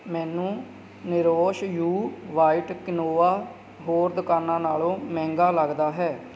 ਮੈਨੂੰ ਨਿਰੋਸ਼ ਯੂ ਵ੍ਹਾਇਟ ਕੀਨੋਆ ਹੋਰ ਦੁਕਾਨਾਂ ਨਾਲੋਂ ਮਹਿੰਗਾ ਲੱਗਦਾ ਹੈ